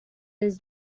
his